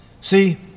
See